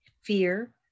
fear